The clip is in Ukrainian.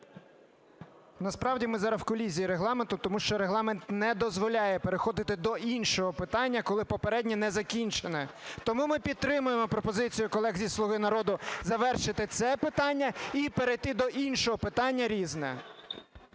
Насправді ми зараз у колізії Регламенту, тому що Регламент не дозволяє переходити до іншого питання, коли попереднє не закінчене. Тому ми підтримуємо пропозицію колег зі "Слуги народу" завершити це питання і перейти до іншого питання "Різне".